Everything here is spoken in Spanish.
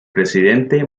presidente